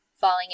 falling